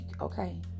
Okay